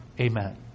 Amen